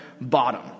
bottom